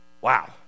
Wow